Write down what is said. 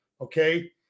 Okay